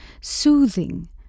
soothing